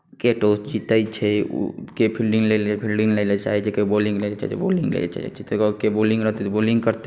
के टॉस जीतैत छै ओ के फील्डिंग लै लेल चाहैत छै किओ बॉलिंग लै लेल चाहैत छै बॉलिंग लै लेल चाहैत छै तकर बाद जे बॉलिंग रहतै से बॉलिंग करतै